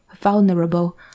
vulnerable